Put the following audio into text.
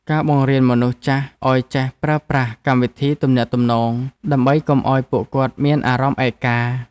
ការបង្រៀនមនុស្សចាស់ឱ្យចេះប្រើប្រាស់កម្មវិធីទំនាក់ទំនង ដើម្បីកុំឱ្យពួកគាត់មានអារម្មណ៍ឯកា។